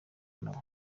nawe